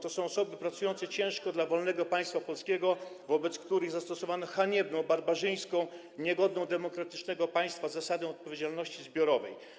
To są osoby ciężko pracujące dla wolnego państwa polskiego, wobec których zastosowano haniebną, barbarzyńską, niegodną demokratycznego państwa zasadę odpowiedzialności zbiorowej.